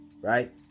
right